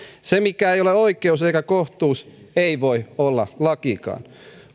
se mikä ei ole oikeus eikä kohtuus ei voi olla lakikaan